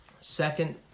Second